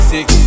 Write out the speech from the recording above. Six